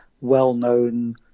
well-known